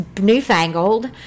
newfangled